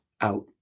out